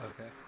Okay